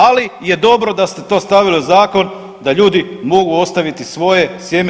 Ali je dobro da ste to stavili u zakon da ljudi mogu ostaviti svoje sjeme.